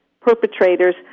perpetrators